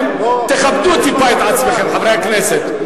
תכבדו טיפה את עצמכם, חברי הכנסת.